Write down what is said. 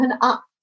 up